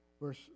verse